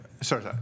sorry